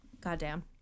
Goddamn